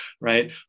right